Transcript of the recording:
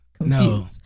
No